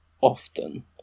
often